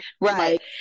Right